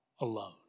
alone